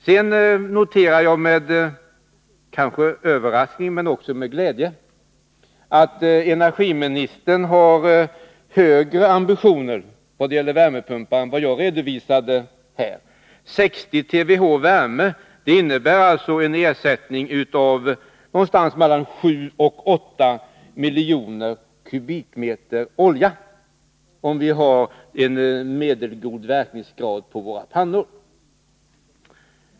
Jag noterar med överraskning men också med glädje att energiministern har högre ambitioner i vad gäller värmepumparna än vad jag redovisade — 60 TWh värme. Det innebär alltså en ersättning motsvarande mellan 7 och 8 miljoner kubikmeter olja, om vi har en medelgod verkningsgrad på våra pannor.